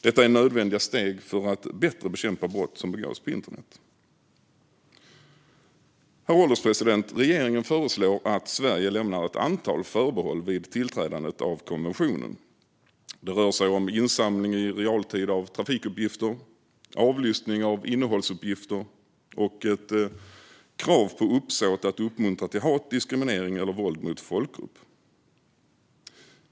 Detta är nödvändiga steg för att bättre bekämpa brott som begås på internet. Herr ålderspresident! Regeringen föreslår att Sverige lämnar ett antal förbehåll vid tillträdandet av konventionen. Det rör sig om insamling i realtid av trafikuppgifter, avlyssning av innehållsuppgifter och krav på uppsåt att uppmuntra till hat, diskriminering eller våld mot folkgrupp.